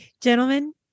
gentlemen